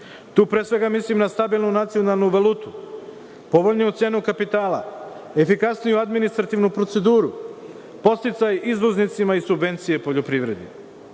pre svega, mislim na stabilnu nacionalnu valutu, povoljniju cenu kapitala, efikasniju administrativnu proceduru, podsticaj izvoznicima i subvencije poljoprivredi. Isto